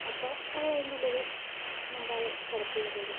അപ്പോൾ അവർ അതിൻ്റെ ഉള്ളിൽ മിണ്ടാതെ കിടക്കുകയും ചെയ്തു